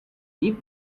deep